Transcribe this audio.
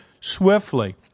swiftly